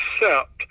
accept